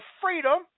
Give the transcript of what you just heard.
freedom